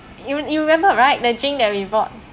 you re~ you remember right that drink that we bought